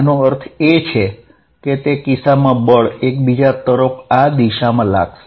આનો અર્થ એ છે કે તે કિસ્સામાં બળ એકબીજા તરફ આ દિશામાં હશે